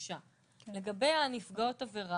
לגבי נפגעות העבירה,